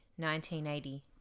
1980